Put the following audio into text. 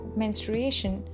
menstruation